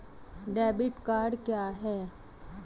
Debit card क्या है?